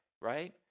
right